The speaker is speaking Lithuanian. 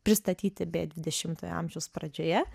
pristatyti beje dvidešimojo amžiaus pradžioje